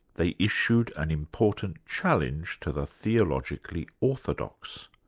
they issued an important challenge to the theologically orthodox.